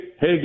hey